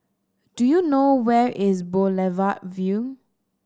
do you know where is Boulevard Vue